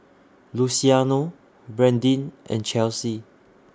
Luciano Brandyn and Chelsey